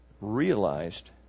realized